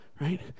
right